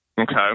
Okay